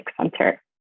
center